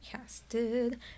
casted